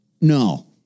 No